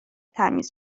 تمیز